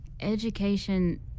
education